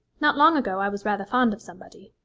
not long ago i was rather fond of somebody,